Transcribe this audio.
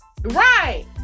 Right